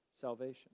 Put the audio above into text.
salvation